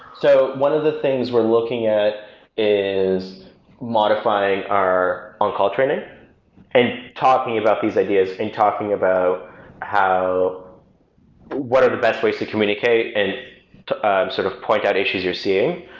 so one of the things we're looking at is modifying our on-call training and talking about these ideas and talking about how what are the best ways to communicate and to ah sort of point out issues you're seeing.